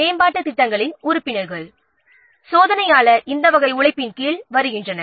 மேம்பாட்டுத் ப்ராஜெக்ட்களின் உறுப்பினர்கள் மற்றும் சோதனையாளர் இந்த வகை உழைப்பின் கீழ் வருகின்றனர்